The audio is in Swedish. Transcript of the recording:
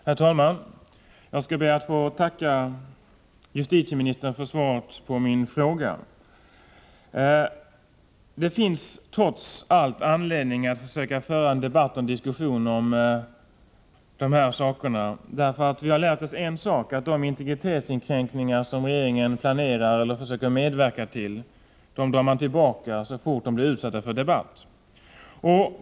Herr talman! Jag ber att få tacka justitieministern för svaret på min fråga. Det finns trots allt anledning att försöka föra en debatt om de här frågorna. Vi har nämligen lärt oss en sak, och det är att de försök till integritetskränkningar som regeringen planerar att medverka till dras tillbaka så snart de blir föremål för debatt.